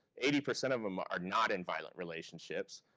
eighty percent of them are not in violent relationships.